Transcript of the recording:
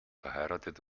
verheiratet